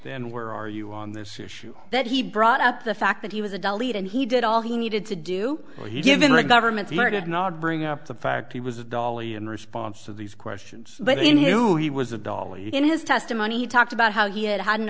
then where are you on this issue that he brought up the fact that he was a dull lead and he did all he needed to do or he given the government's alerted not bring up the fact he was a dolly in response to these questions but he knew he was a dolly in his testimony talked about how he had had an